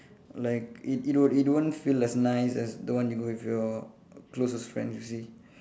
like it it won't it won't feel as nice as the one you go with your closest friends you see